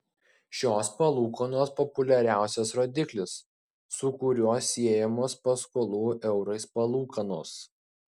šios palūkanos populiariausias rodiklis su kuriuo siejamos paskolų eurais palūkanos